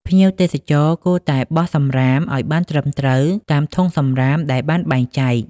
ភ្ញៀវទេសចរគួរតែបោះសំរាមឱ្យបានត្រឹមត្រូវតាមធុងសំរាមដែលបានបែងចែក។